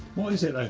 what is it ah